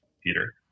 Peter